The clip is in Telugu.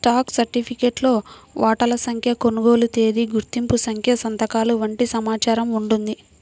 స్టాక్ సర్టిఫికేట్లో వాటాల సంఖ్య, కొనుగోలు తేదీ, గుర్తింపు సంఖ్య సంతకాలు వంటి సమాచారం ఉంటుంది